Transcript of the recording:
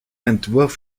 entwurf